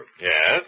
Yes